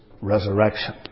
resurrection